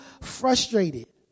frustrated